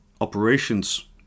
operations